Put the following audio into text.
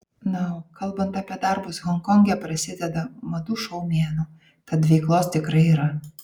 na o kalbant apie darbus honkonge prasideda madų šou mėnuo tad veiklos tikrai yra